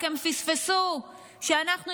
הם רק פספסו שאנחנו,